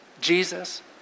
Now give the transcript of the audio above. Jesus